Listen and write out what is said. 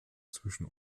zwischen